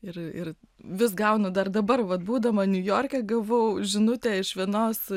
ir ir vis gaunu dar dabar vat būdama niujorke gavau žinutę iš vienos